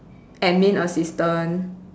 admin assistant